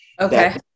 Okay